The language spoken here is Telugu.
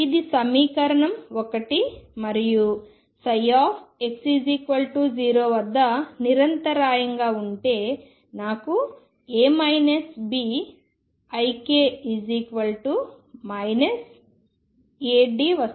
ఇది సమీకరణం 1 మరియు x0 వద్ద నిరంతరాయంగా ఉంటే నాకు A Bik αD వస్తుంది